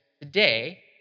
today